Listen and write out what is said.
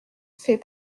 fait